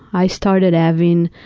i started having